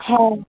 ᱦᱮᱸ